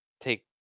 take